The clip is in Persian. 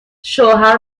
شوهر